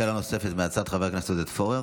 שאלה נוספת מהצד, חבר הכנסת עודד פורר.